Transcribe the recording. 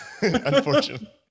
Unfortunately